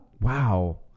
Wow